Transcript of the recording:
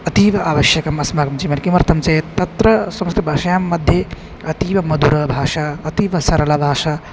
अतीव आवश्यकम् अस्माकं जीवने किमर्थं चेत् तत्र संस्कृतभाषायां मध्ये अतीवमधुरभाषा अतीवसरलभाषा